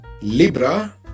Libra